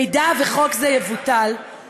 במקרה שחוק זה יבוטל,